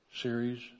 Series